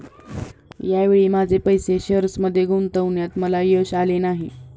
या वेळी माझे पैसे शेअर्समध्ये गुंतवण्यात मला यश आले नाही